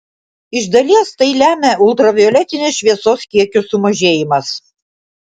iš dalies tai lemia ultravioletinės šviesos kiekio sumažėjimas